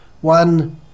One